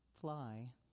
fly